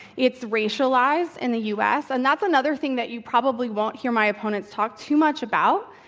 it's racialized in the u. s. and that's another thing that you probably won't hear my opponent talk too much about,